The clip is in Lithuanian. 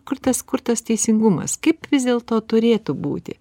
kur tas kur tas teisingumas kaip vis dėlto turėtų būti